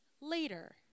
later